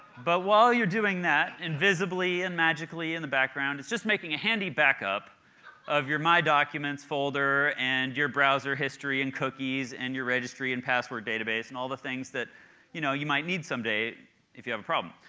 but while you're doing that, invisibly and magically in the background it's just making a handy backup of your my documents folder, and your browser history and cookies and your registry and password database, and all the things that you know you might need someday if you have a problem.